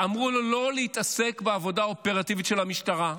אמרו לו לא להתעסק בעבודה האופרטיבית של המשטרה.